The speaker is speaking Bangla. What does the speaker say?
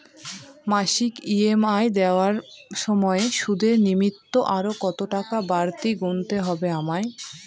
মাসিক ই.এম.আই দেওয়ার সময়ে সুদের নিমিত্ত আরো কতটাকা বাড়তি গুণতে হবে আমায়?